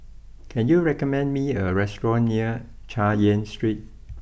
can you recommend me a restaurant near Chay Yan Street